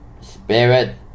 spirit